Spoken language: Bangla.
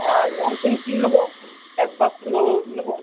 আর রঙ পেনসিল নেব এক বাক্স নেব